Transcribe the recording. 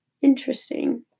Interesting